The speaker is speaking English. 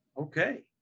Okay